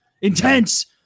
intense